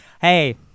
Hey